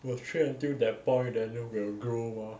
must train until that point then will grow mah